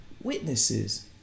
witnesses